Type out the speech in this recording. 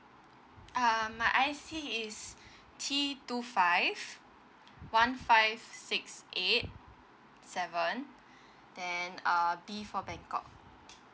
um my I_C is T two five one five six eight seven then uh B for bangkok